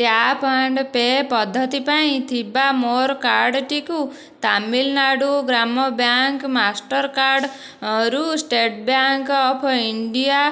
tap and pay' ପଦ୍ଧତି ପାଇଁ ଥିବା ମୋର କାର୍ଡ୍ଟି କୁ ତାମିଲନାଡ଼ୁ ଗ୍ରାମ ବ୍ୟାଙ୍କ୍ ମାଷ୍ଟର୍କାର୍ଡ଼୍ ରୁ ଷ୍ଟେଟ୍ ବ୍ୟାଙ୍କ୍ ଅଫ୍ ଇଣ୍ଡିଆ